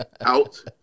out